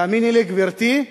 תאמיני לי, גברתי,